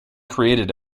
created